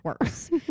worse